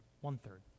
one-third